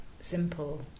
simple